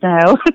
no